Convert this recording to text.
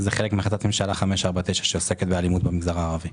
זה חלק מהחלטת ממשלה 549 שעוסקת באלימות במגזר הערבי.